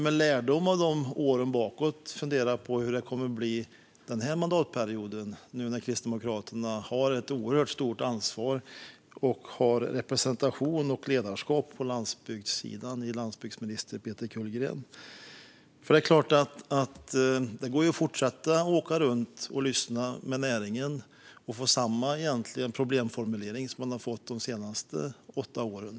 Med lärdom av de åren bakåt kan vi fundera över hur det blir den här mandatperioden, nu när Kristdemokraterna har ett oerhört stort ansvar med representation och ledarskap på landsbygdssidan i landsbygdsminister Peter Kullgren. Man kan fortsätta att åka runt och lyssna på näringen och höra samma problemformulering som de senaste åtta åren.